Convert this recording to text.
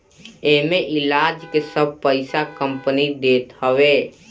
एमे इलाज के सब पईसा कंपनी देत हवे